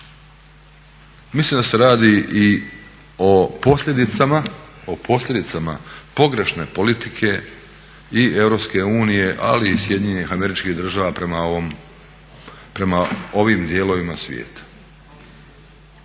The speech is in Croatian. Mislim da se radi i o posljedicama pogrešne politike i Europske unije ali i SAD-a prema ovim dijelovima svijeta.